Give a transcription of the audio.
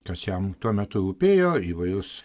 kas jam tuo metu rūpėjo įvairius